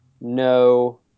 no